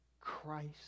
Christ